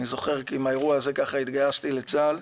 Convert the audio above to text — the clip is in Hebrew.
אני זוכר כי עם האירוע הזה התגייסתי לצה"ל.